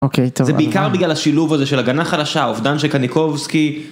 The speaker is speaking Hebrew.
אוקיי טוב זה בעיקר בגלל השילוב הזה של הגנה חלשה אובדן שקניקובסקי.